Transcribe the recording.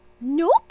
Nope